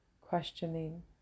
questioning